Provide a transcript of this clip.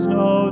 no